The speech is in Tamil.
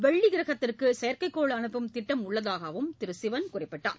வெள்ளிக்கிரகத்திற்கு செயற்கைக்கோள் அனுப்பும் திட்டமுள்ளதாகவும் திரு சிவன் கூறினார்